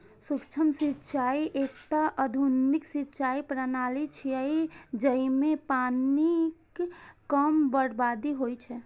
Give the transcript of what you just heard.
सूक्ष्म सिंचाइ एकटा आधुनिक सिंचाइ प्रणाली छियै, जइमे पानिक कम बर्बादी होइ छै